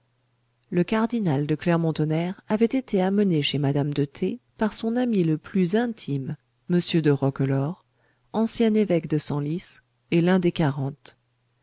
le cardinal de clermont-tonnerre avait été amené chez madame de t par son ami le plus intime m de roquelaure ancien évêque de senlis et l'un des quarante